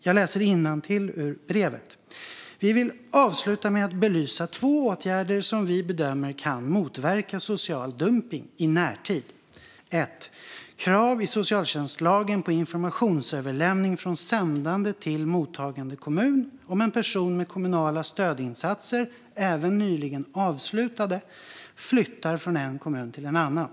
Jag läser innantill ur brevet: Vi vill avsluta med att belysa två åtgärder som vi bedömer kan motverka social dumpning i närtid. Nummer 1 är krav i socialtjänstlagen på informationsöverlämning från sändande till mottagande kommun om en person med kommunala stödinsatser, även nyligen avslutade, flyttar från en kommun till en annan.